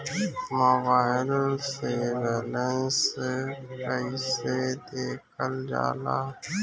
Mobile से balance कइसे देखल जाला?